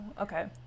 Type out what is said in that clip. okay